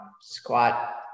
squat